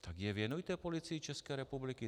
Tak je věnujte Policii České republiky.